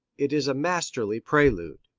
it is a masterly prelude.